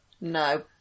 No